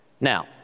Now